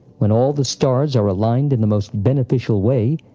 when all the stars are aligned in the most beneficial way,